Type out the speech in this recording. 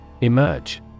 Emerge